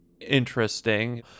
interesting